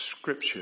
scripture